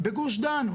בגוש דן,